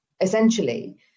Essentially